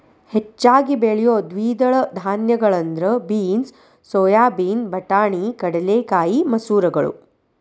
ಹೆಚ್ಚಾಗಿ ಬೆಳಿಯೋ ದ್ವಿದಳ ಧಾನ್ಯಗಳಂದ್ರ ಬೇನ್ಸ್, ಸೋಯಾಬೇನ್, ಬಟಾಣಿ, ಕಡಲೆಕಾಯಿ, ಮಸೂರಗಳು